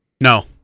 No